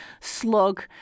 slug